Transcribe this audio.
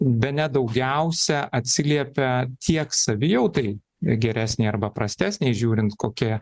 bene daugiausia atsiliepia tiek savijautai geresnei arba prastesnei žiūrint kokia